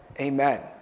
amen